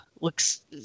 Looks